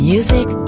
Music